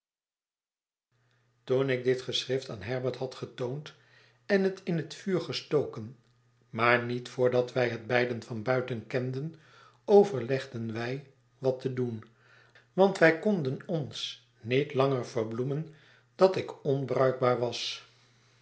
toen ik dit geschrift aan herbert had getoond en het in het vuur gestoken maar niet voordat wij het beiden van buiten kenden overlegden wij wat te doen want wij konden het ons niet langer verbloemen dat ik onbruikbaar was